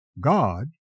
God